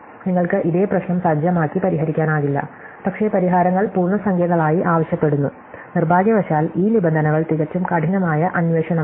നിങ്ങൾക്ക് ഇതേ പ്രശ്നം സജ്ജമാക്കി പരിഹരിക്കാനാകില്ല പക്ഷേ പരിഹാരങ്ങൾ പൂർണ്ണസംഖ്യകളായി ആവശ്യപ്പെടുന്നു നിർഭാഗ്യവശാൽ ഈ നിബന്ധനകൾ തികച്ചും കഠിനമായ അന്വേഷണമാണ്